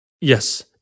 Yes